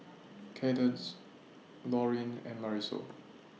Cadence Lauryn and Marisol